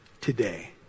today